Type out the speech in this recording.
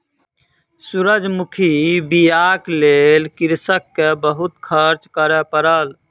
सूरजमुखी बीयाक लेल कृषक के बहुत खर्च करअ पड़ल